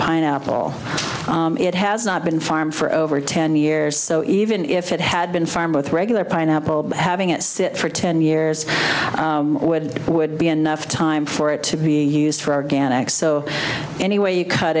pineapple it has not been farmed for over ten years so even if it had been farmed with regular pineapple having it sit for ten years would would be enough time for it to be used for organic so any way you cut